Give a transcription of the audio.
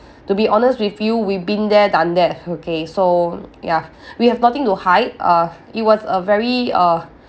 to be honest with you we've been there done that okay so ya we have nothing to hide uh it was a very uh